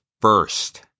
first